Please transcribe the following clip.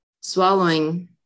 swallowing